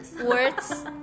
Words